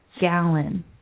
gallon